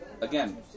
again